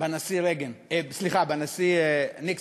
בנשיא רייגן, סליחה, בנשיא ניקסון,